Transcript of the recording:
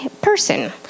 person